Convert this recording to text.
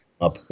up